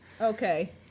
Okay